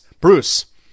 Bruce